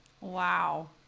Wow